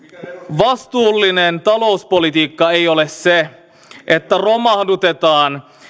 vastuullinen talouspolitiikka ei ole sitä että romahdutetaan